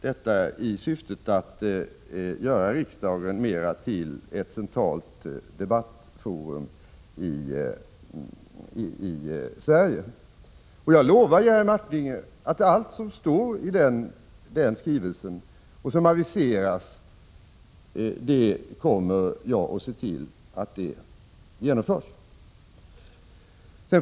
Syftet härmed är att göra riksdagen till ett mera centralt debattforum i vårt land. Jag lovar Jerry Martinger att jag kommer att se till att allt som aviseras i skrivelsen också kommer att genomföras.